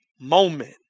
moment